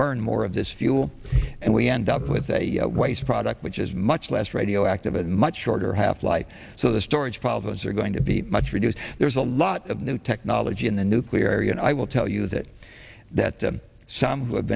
burn more of this fuel and we end up with a waste product which is much less radioactive and much shorter half life so the storage problems are going to be much reduced there's a lot of new technology in the nuclear area and i will tell you that that to some who have